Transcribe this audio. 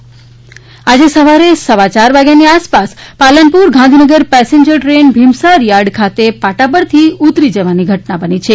train આજે સવારે સવા ચાર વાગ્યાની આસપાસ પાલનપુર ગાંધીનગર પેસેન્જર ટ્રેન ભીમસાર ચાર્ડ ખાતે પાટા પરથી ઉતરી જવાની ઘટના બની છે